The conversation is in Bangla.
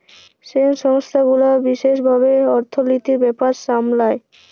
যেই সংস্থা গুলা বিশেস ভাবে অর্থলিতির ব্যাপার সামলায়